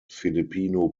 filipino